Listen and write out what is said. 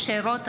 משה רוט,